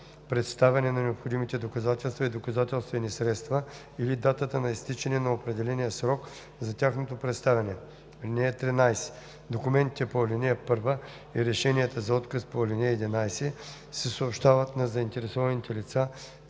представяне на необходимите доказателства и доказателствени средства или датата на изтичане на определения срок за тяхното представяне. (13) Документите по ал. 1 и решенията за отказ по ал. 11 се съобщават на заинтересованите лица